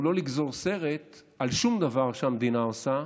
הוא לא לגזור סרט על שום דבר שהמדינה עושה.